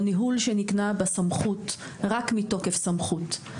או ניהול שנקנה בסמכות רק מתוקף סמכות,